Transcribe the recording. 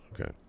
Okay